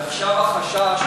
ועכשיו החשש,